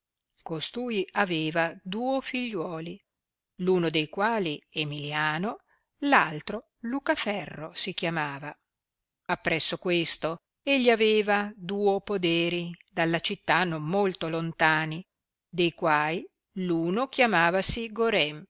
costui aveva duo figliuoli uno de quali emilliano altro lucaferro si chiamava appresso questo egli aveva duo poderi dalla città non molto lontani de quai uno chiamavasi